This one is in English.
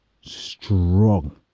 strong